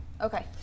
Okay